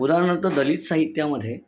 उदाहरणार्थ दलित साहित्यामध्ये